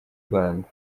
rwanda